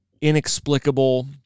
inexplicable